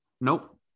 Nope